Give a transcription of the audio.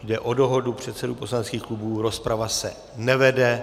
Jde o dohodu předsedů poslaneckých klubů, rozprava se nevede.